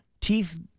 Teeth